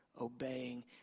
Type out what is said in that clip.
obeying